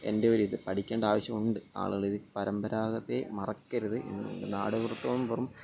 എൻ്റെ ഒരിത് പഠിക്കേണ്ട ആവശ്യമുണ്ട് ആളുകൾ ഇതിൽ പരമ്പരാഗതയെ മറക്കരുത് എന്ന് നാടോടി നൃത്തവും വെറും